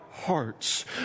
hearts